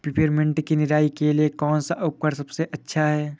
Peppermint की निराई के लिए कौन सा उपकरण सबसे अच्छा है?